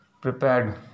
prepared